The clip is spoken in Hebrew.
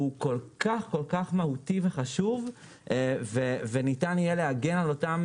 הוא מהותי מאוד וחשוב כי ניתן יהיה להגיע לאותם